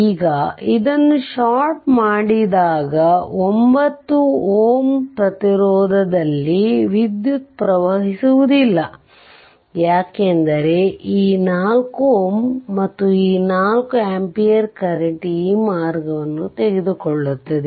ಈಗ ಇದನ್ನು ಷಾರ್ಟ್ ಮಾಡಿದಾಗ 9 Ω ಪ್ರತಿರೋಧದಲ್ಲಿ ವಿದ್ಯುತ್ ಪ್ರವಹಿಸುವುದಿಲ್ಲ ಯಾಕೆಂದರೆ ಈ 4 Ω 4 ಆಂಪಿಯರ್ ಕರೆಂಟ್ ಈ ಮಾರ್ಗವನ್ನು ತೆಗೆದುಕೊಳ್ಳುತ್ತದೆ